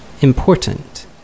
important